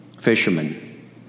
fishermen